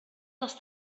dels